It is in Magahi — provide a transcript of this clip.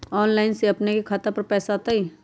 ऑनलाइन से अपने के खाता पर पैसा आ तई?